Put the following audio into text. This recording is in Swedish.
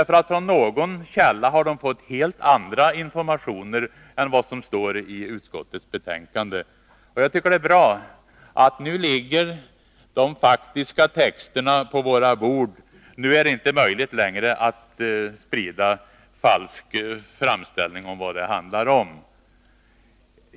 Från någon källa har de fått helt andra informationer än vad som står i utskottsbetänkandet. Jag tycker det är bra att de faktiska texterna nu ligger på vårt bord — nu är det inte längre möjligt att sprida falska framställningar om vad det hela handlar om.